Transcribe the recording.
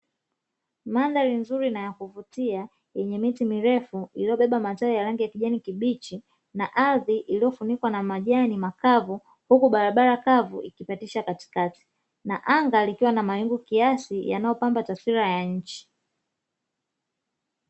Mandhari nzuri na ya kuvutia yenye miti mirefu iliyobeba matawi ya kijani kibichi, na ardhi iliyofunikwa na majani makavu huku barabara kavu ikikatisha katikati; na anga likiwa na mawingu kiasi yanayo pamba taswira ya nchi.